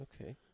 Okay